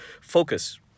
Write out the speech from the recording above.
focus